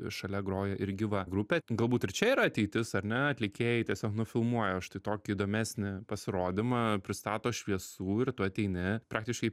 šalia groja ir gyva grupė galbūt ir čia yra ateitis ar ne atlikėjai tiesiog nufilmuoja va štai tokį įdomesnį pasirodymą pristato šviesų ir tu ateini praktiškai